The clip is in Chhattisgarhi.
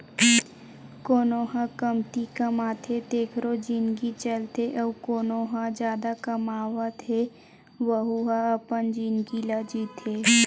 कोनो ह कमती कमाथे तेखरो जिनगी चलथे अउ कोना ह जादा कमावत हे वहूँ ह अपन जिनगी ल जीथे